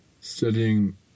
studying